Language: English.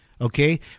Okay